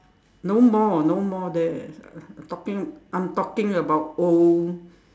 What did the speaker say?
no more no more there I'm talking I'm talking about old